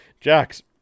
Jax